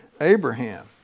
Abraham